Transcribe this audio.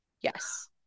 Yes